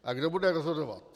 A kdo bude rozhodovat?